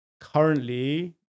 currently